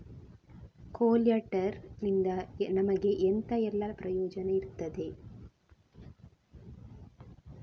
ಕೊಲ್ಯಟರ್ ನಿಂದ ನಮಗೆ ಎಂತ ಎಲ್ಲಾ ಪ್ರಯೋಜನ ಇರ್ತದೆ?